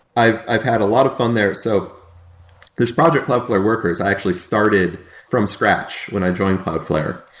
i've i've had a lot of fun there. so this project cloudflare worker has actually started from scratch when i joined cloudflare.